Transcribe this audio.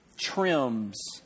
trims